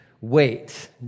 wait